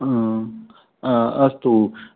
ह अस्तु